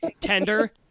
tender